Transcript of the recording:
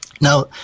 Now